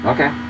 Okay